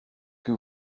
que